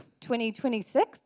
2026